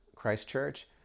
Christchurch